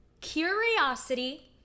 Curiosity